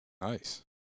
Nice